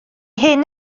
hyn